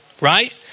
right